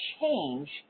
change